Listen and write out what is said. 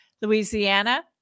Louisiana